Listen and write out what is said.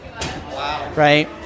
right